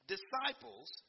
disciples